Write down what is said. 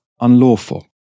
unlawful